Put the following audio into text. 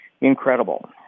incredible